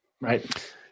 right